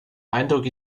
eindruck